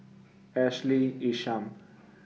Ashley Isham